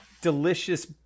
delicious